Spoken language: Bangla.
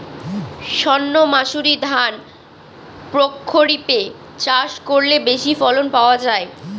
সর্ণমাসুরি ধান প্রক্ষরিপে চাষ করলে বেশি ফলন পাওয়া যায়?